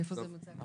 איפה זה נמצא?